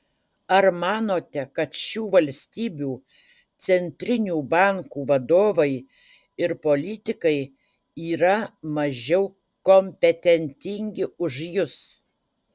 ar manote kad šių valstybių centrinių bankų vadovai ir politikai yra mažiau kompetentingi už jus